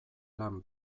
lan